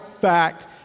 fact